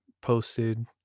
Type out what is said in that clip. posted